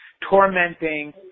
tormenting